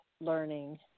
learning